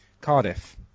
Cardiff